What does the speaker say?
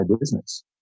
business